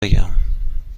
بگم